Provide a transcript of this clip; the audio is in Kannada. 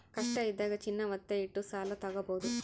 ಕಷ್ಟ ಇದ್ದಾಗ ಚಿನ್ನ ವತ್ತೆ ಇಟ್ಟು ಸಾಲ ತಾಗೊಬೋದು